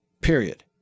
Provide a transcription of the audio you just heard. period